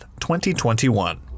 2021